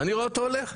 ואני רואה אותו הולך.